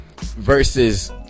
versus